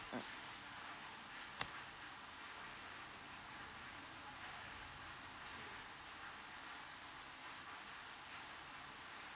mm